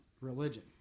Religion